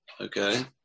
Okay